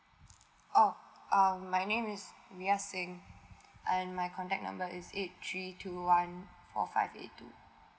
oh um my name is viya singh and my contact number is eight three two one four five eight two